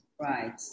Right